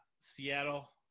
Seattle